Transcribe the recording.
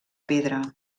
pedra